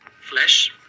flesh